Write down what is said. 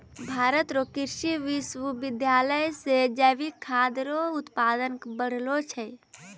भारत रो कृषि विश्वबिद्यालय से जैविक खाद रो उत्पादन बढ़लो छै